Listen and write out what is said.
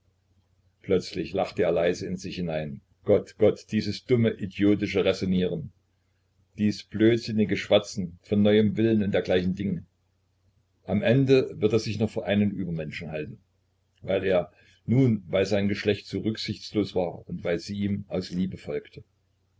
plötzlich lachte er leise in sich hinein gott gott dieses dumme idiotische raisonnieren dies blödsinnige schwatzen von neuem willen und dergleichen dinge am ende wird er sich noch für einen übermenschen halten weil er nun weil sein geschlecht so rücksichtslos war und weil sie ihm aus liebe folgte